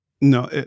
No